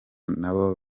n’abo